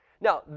Now